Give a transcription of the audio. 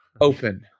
open